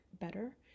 better